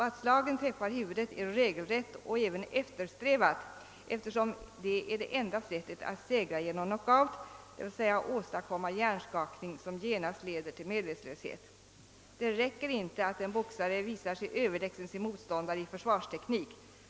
Att slagen träffar huvudet är regelrätt och även eftersträvat, eftersom det är det enda sättet att segra genom knockout, dvs. åstadkomma hjärnskakning som genast leder till medvetslöshet. Det räcker inte att en boxare visar sig överlägsen sin motståndare i försvarsteknik.